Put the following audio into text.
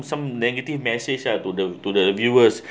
some negative message uh to the to the viewers